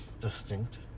distinct